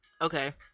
okay